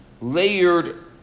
layered